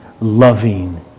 loving